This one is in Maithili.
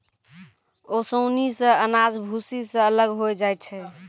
ओसौनी सें अनाज भूसी सें अलग होय जाय छै